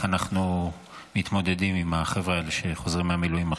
אנחנו מתמודדים עם החבר'ה האלה שחוזרים מהמילואים עכשיו.